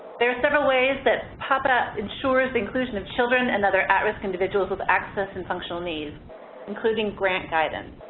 there are several ways that pahpa ensures inclusion of children and other at-risk individuals with access and functional needs including grant guidance.